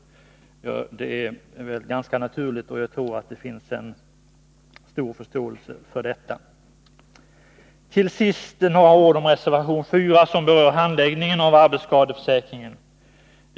Det är naturligt, och jag tror att det finns en stor förståelse för det. Till sist några ord om reservation 4, som berör handläggningen av arbetsskadeförsäkringsfall.